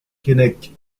keinec